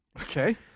Okay